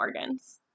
organs